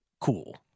cool